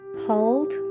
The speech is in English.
Hold